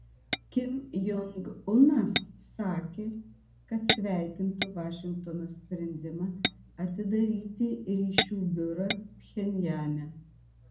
kim jong unas sakė kad sveikintų vašingtono sprendimą atidaryti ryšių biurą pchenjane